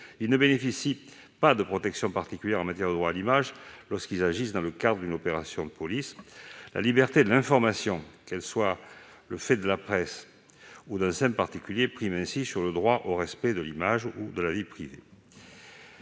Ils ne bénéficient pas de protection particulière en matière de droit à l'image lorsqu'ils agissent dans le cadre d'une opération de police : la liberté de l'information, qu'elle soit le fait de la presse ou d'un particulier, prime le respect du droit à l'image ou à la vie privée.